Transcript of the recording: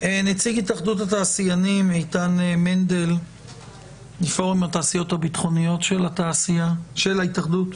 נציג התאחדות התעשיינים מפורום התעשיות הביטחוניות של ההתאחדות,